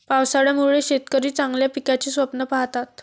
पावसाळ्यामुळे शेतकरी चांगल्या पिकाचे स्वप्न पाहतात